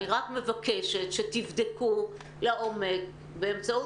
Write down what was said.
אני רק מבקשת שתבדקו לעומק באמצעות